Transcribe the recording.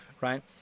Right